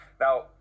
Now